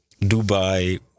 Dubai